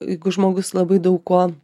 jeigu žmogus labai daug kuo